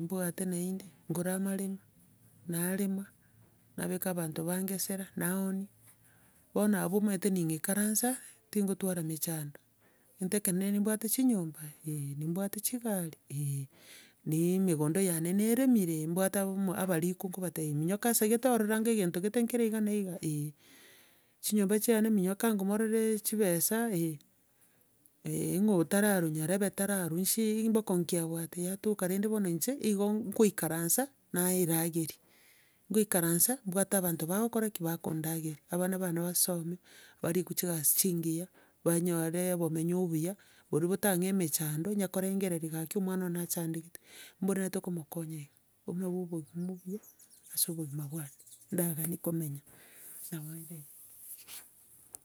mbwate naende, ngore amaremo, narema, nabeka abanto bange esera, naoonia, bono abwo omanyete ning'ekaransa, tingotwara mechando egento ekenene nimbwate chinyomba? Eh. nimbwate chigari? eh. Ni- e emegondo yane neremire? Eh, nimbwate omo- abarikwa nkobatebia minyoka ase egete orore ango egento gete nkere iga na iga, eh. Chinyomba chiane minyoka ango morore chibesa, eh, ng'o otararwa, nyarebe tararwa, bokong'u chi mbokong'u ki abwate, yatoka bono inche, igo nkoikaransa, naerageria. Ngoikaransa, mbwate abanto bagokora ki? Bakondageria. Abana bane basome, barikwe chigasi chingiya, banyore oboonye obuya, bori botang'e emechando, nya korengereria gaki omwana one achandegete, bwenerete komokonya iga. Obwo nabo obogima obuya ase obogima bwane, ndaganie komenya, nabo ere igo.